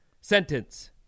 sentence